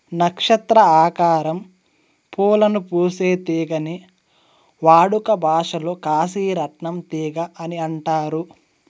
నక్షత్ర ఆకారం పూలను పూసే తీగని వాడుక భాషలో కాశీ రత్నం తీగ అని అంటారు